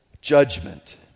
judgment